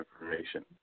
information